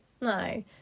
No